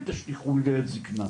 וזה כן ישליכו לעת זקנה,